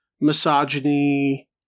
misogyny